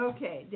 Okay